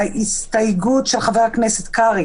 להסתייגות של חבר הכנסת קרעי